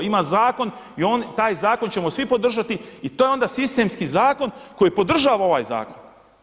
Ima zakon i taj zakon ćemo svi podržati i to je onda sistemski zakon koji podržava ovaj zakon.